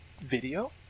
video